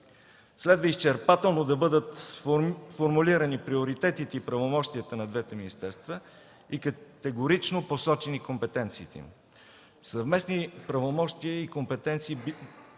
Следва изчерпателно да бъдат формулирани приоритетите и правомощията на двете министерства и категорично посочени компетенциите им. Съвместни правомощия и компетенции